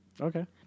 Okay